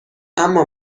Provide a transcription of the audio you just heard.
اما